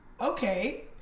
okay